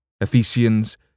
Ephesians